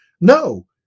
No